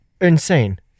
Insane